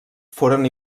foren